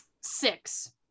six